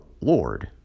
Lord